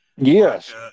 Yes